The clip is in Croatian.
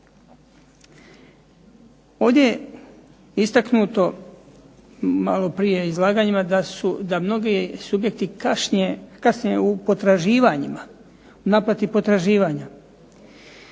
Ovdje je istaknuto malo prije u izlaganjima da mnogi subjekti kasne u potraživanjima